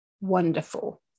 wonderful